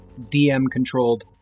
DM-controlled